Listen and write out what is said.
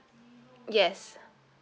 yes